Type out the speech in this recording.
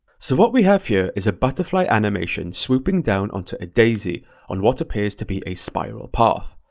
so what we have here is a butterfly animation swooping down onto a daisy on what appears to be a spiral path.